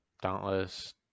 Dauntless